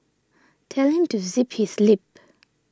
tell him to zip his lip